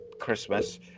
Christmas